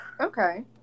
Okay